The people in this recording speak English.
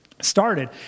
started